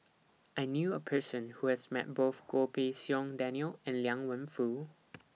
I knew A Person Who has Met Both Goh Pei Siong Daniel and Liang Wenfu